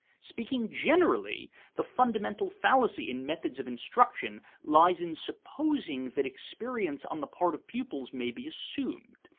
speaking generally, the fundamental fallacy in methods of instruction lies in supposing that experience on the part of pupils may be assumed.